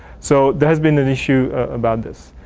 so, there has been an issue about this.